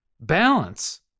Balance